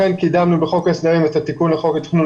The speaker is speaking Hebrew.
לכן קידמנו בחוק ההסדרים את התיקון לחוק התכנון